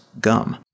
gum